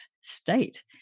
state